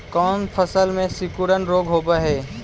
कोन फ़सल में सिकुड़न रोग होब है?